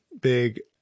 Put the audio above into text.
big